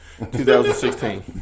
2016